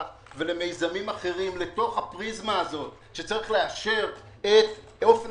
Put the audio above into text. ולמיזמים אחרים בתוך הפריזמה הזו שצריך לאשר את אופן